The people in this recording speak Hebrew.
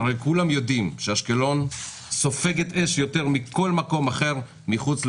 הרי כולם יודעים שאשקלון סופגת אש יותר מכל מקום אחר מחוץ לעוטף,